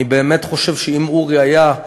אני באמת חושב שאם אורי היה,